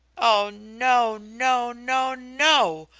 oh no, no, no, no!